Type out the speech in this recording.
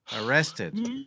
arrested